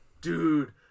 dude